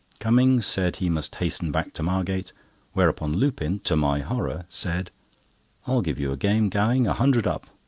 cummings said he must hasten back to margate whereupon lupin, to my horror, said i'll give you a game, gowing a hundred up.